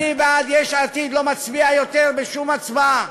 אני בעד יש עתיד לא מצביע יותר בשום הצבעה,